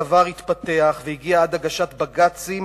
הדבר התפתח והגיע עד הגשת בג"צים.